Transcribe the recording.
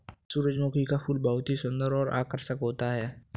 सुरजमुखी का फूल बहुत ही सुन्दर और आकर्षक होता है